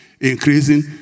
increasing